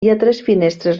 finestres